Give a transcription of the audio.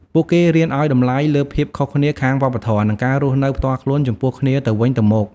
ពួកគេរៀនឱ្យតម្លៃលើភាពខុសគ្នាខាងវប្បធម៌ និងការរស់នៅផ្ទាល់ខ្លួនចំពោះគ្នាទៅវិញទៅមក។